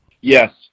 Yes